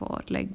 for like